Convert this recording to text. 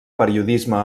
periodisme